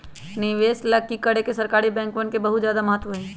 निवेश ला भी गैर सरकारी बैंकवन के बहुत ज्यादा महत्व हई